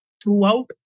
throughout